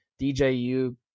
DJU